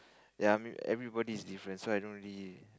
ya everybody is different so I don't really